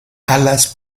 alas